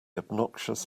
obnoxious